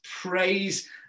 Praise